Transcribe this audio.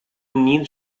menino